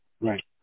Right